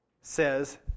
says